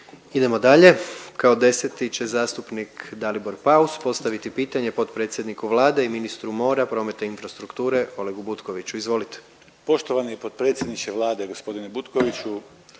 Idemo dalje. Kao 10. će zastupnik Dalibor Paus postaviti pitanje potpredsjedniku Vlade i ministru mora, prometa i infrastrukture Olegu Butkoviću, izvolite.